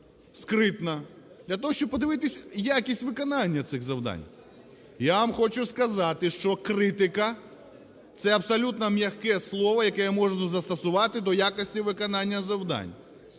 скритно для того, щоб подивитись якість виконання цих завдань. Я вам хочу сказати, що критика – це абсолютно м'яке слово, яке я можу тут застосувати до якості виконання завдань.